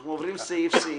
אנחנו עוברים סעיף סעיף,